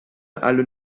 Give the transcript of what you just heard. alle